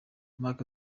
mark